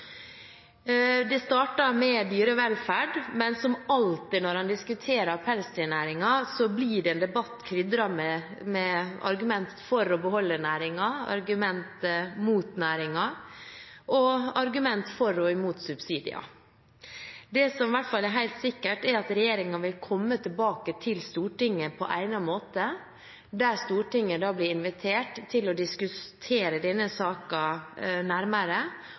Det startet med dyrevelferd, men som alltid når en diskuterer pelsdyrnæringen, blir det en debatt krydret med argumenter for å beholde næringen, argumenter mot næringen og argumenter for og imot subsidier. Det som i hvert fall er helt sikkert, er at regjeringen vil komme tilbake til Stortinget på egnet måte, der Stortinget blir invitert til å diskutere denne saken nærmere